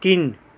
तिन